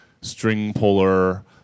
string-puller